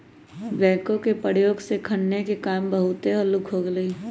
backhoe के प्रयोग से खन्ने के काम बहुते हल्लुक हो गेलइ ह